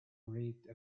rate